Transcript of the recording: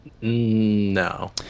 No